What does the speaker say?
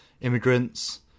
immigrants